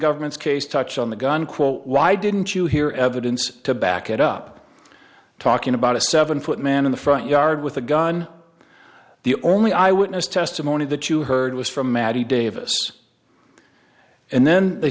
government's case touch on the gun quote why didn't you hear evidence to back it up talking about a seven foot man in the front yard with a gun the only eyewitness testimony that you heard was from maddy davis and then they